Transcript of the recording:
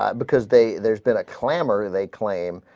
because they there's been a clamor they claim